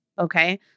Okay